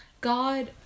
God